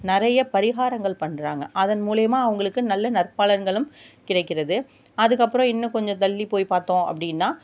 நிறைய பரிகாரங்கள் பண்ணுறாங்க அதன் மூலியமாக அவங்களுக்கு நல்ல நற்பலன்களும் கிடைக்கிறது அதுக்கப்புறம் இன்னும் கொஞ்சம் தள்ளி போய் பார்த்தோம் அப்படீனா